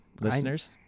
Listeners